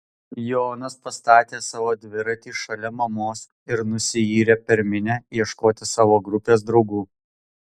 jonas pastatė savo dviratį šalia mamos ir nusiyrė per minią ieškoti savo grupės draugų